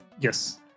Yes